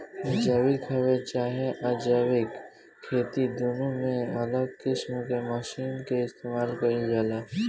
जैविक होखे चाहे अजैविक खेती दुनो में अलग किस्म के मशीन के इस्तमाल कईल जाला